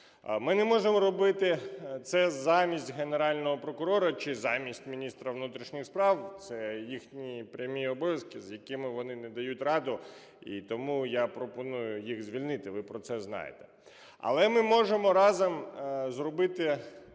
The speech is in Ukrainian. Ми не можемо робити це замість Генерального прокурора чи замість міністра внутрішніх справ – це їхні прямі обов'язки, з якими вони не дають раду, і тому я пропоную їх звільнити, ви про це знаєте. Але ми можемо разом зробити